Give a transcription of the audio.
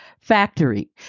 factory